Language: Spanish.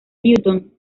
newton